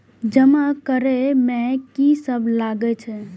जमा करे में की सब लगे छै?